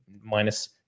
minus